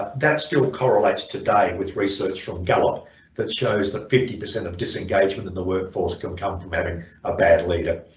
that still correlates today with research from gallup that shows that fifty percent of disengagement in the workforce can come from having a bad leader